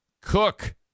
Cook